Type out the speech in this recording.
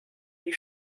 die